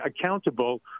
accountable